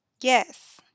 Yes